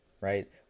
right